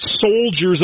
soldiers